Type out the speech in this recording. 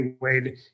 Wade